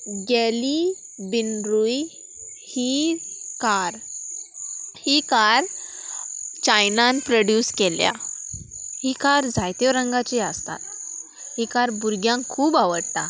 galley बिनरूय ही car ही कार चायनान प्रोड्यूस केल्या ही कार जायत्यो रंगाची आसतात ही कार भुरग्यांक खूब आवडटा